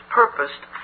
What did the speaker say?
purposed